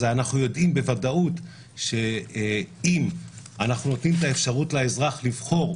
אז אנחנו יודעים בוודאות שאם אנחנו נותנים את האפשרות לאזרח לבחור,